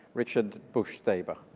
richard busch daiba.